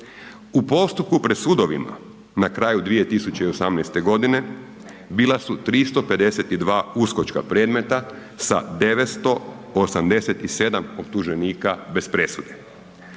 U postupku pred sudovima na kraju 2018.g. bila su 352 uskočka predmeta sa 987 optuženika bez presude.